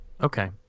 Okay